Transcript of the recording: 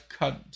cunt